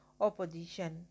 opposition